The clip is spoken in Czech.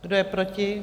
Kdo je proti?